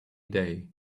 day